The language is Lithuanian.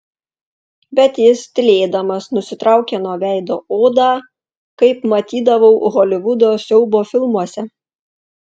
bet jis tylėdamas nusitraukė nuo veido odą kaip matydavau holivudo siaubo filmuose